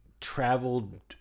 traveled